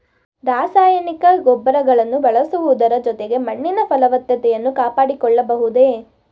ರಾಸಾಯನಿಕ ಗೊಬ್ಬರಗಳನ್ನು ಬಳಸುವುದರ ಜೊತೆಗೆ ಮಣ್ಣಿನ ಫಲವತ್ತತೆಯನ್ನು ಕಾಪಾಡಿಕೊಳ್ಳಬಹುದೇ?